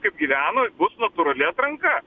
kaip gyveno natūrali atranka